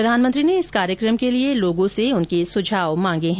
प्रधानमंत्री ने इस कार्यक्रम के लिए लोगों से उनके सुझाव मांगे हैं